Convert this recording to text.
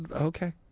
okay